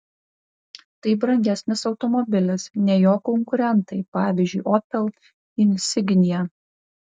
tai brangesnis automobilis nei jo konkurentai pavyzdžiui opel insignia